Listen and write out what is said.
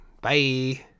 bye